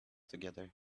together